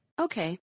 Okay